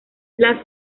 las